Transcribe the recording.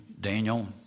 Daniel